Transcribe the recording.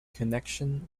connection